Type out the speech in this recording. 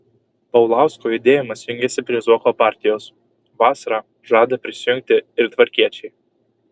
paulausko judėjimas jungiasi prie zuoko partijos vasarą žada prisijungti ir tvarkiečiai